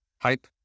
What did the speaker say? hype